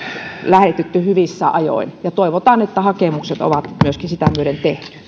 lähetetty hyvissä ajoin toivotaan että hakemukset ovat myöskin sitä myöden tehty